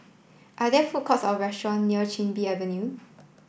are there food courts or restaurant near Chin Bee Avenue